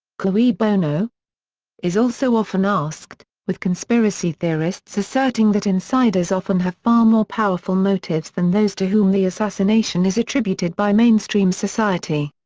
but you know is also often asked, with conspiracy theorists asserting that insiders often have far more powerful motives than those to whom the assassination is attributed by mainstream society.